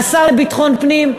השר לביטחון פנים.